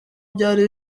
byari